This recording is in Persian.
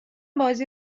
بازی